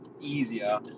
easier